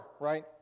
right